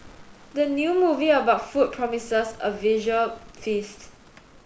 the new movie about food promises a visual feast